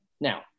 Now